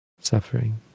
suffering